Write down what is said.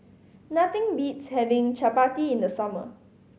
nothing beats having Chapati in the summer